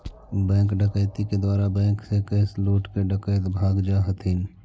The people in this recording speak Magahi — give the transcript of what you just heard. बैंक डकैती के द्वारा बैंक से कैश लूटके डकैत भाग जा हथिन